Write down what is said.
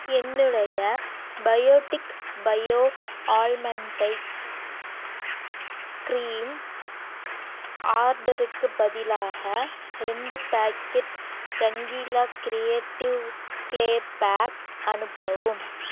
என்னுடைய Biotique bio almond eye cream ஆர்டருக்குப் பதிலாக ரெண்டு packet Rangeela creative clay pack அனுப்பவும்